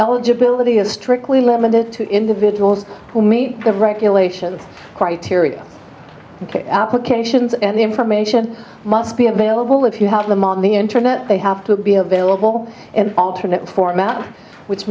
eligibility is strictly limited to individuals who meet the regulations criteria applications and information must be available if you have them on the internet they have to be available and alternate formats which